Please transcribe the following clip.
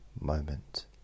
moment